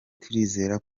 turizera